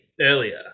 earlier